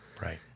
Right